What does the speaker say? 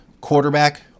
quarterback